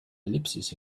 ellipses